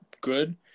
good